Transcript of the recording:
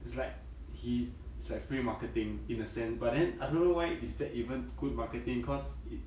it's like he is like free marketing in a sense but then I don't know why is that even good marketing cause it